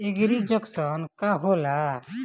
एगरी junction का होला?